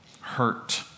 hurt